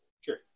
Sure